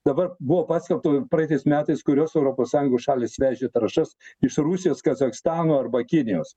dabar buvo paskelbta praeitais metais kurios europos sąjungos šalys vežė trąšas iš rusijos kazachstano arba kinijos